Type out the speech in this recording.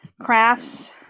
crafts